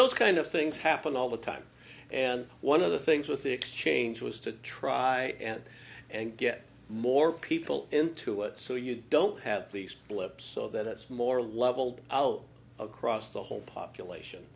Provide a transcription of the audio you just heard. those kind of things happen all the time and one of the things with the exchange was to try and and get more people into it so you don't have these blips so that it's more leveled out across the whole population